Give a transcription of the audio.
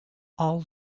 all